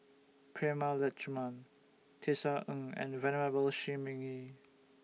Prema Letchumanan Tisa Ng and Venerable Shi Ming Yi